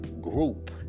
group